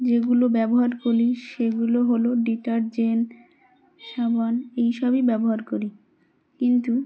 যেগুলো ব্যবহার করি সেগুলো হলো ডিটারজেন্ট সাবান এই সবই ব্যবহার করি কিন্তু